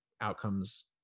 outcome's